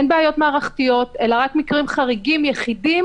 אין בעיות מערכתיות אלא רק מקרים חריגים יחידים.